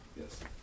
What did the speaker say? Yes